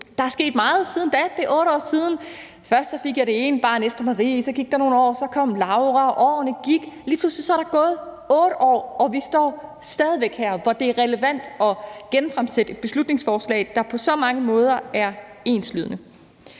Der er sket meget siden da – det er 8 år siden. Først fik jeg det ene barn, Esther Maria, og så gik der nogle år, og så kom Laura, og årene gik, og lige pludselig er der gået 8 år, og vi står stadig væk her, hvor det er relevant at genfremsætte et beslutningsforslag, der på så mange måder er enslydende